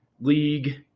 League